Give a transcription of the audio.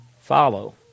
follow